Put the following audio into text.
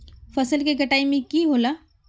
फसल के कटाई में की होला?